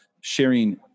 sharing